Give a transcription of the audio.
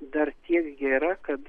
dar tiek gera kad